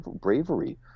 bravery